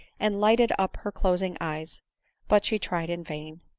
and lighted up her closing eyes but she tried in vain.